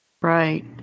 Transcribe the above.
Right